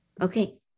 Okay